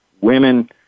women